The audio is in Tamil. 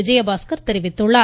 விஜயபாஸ்கர் தெரிவித்துள்ளார்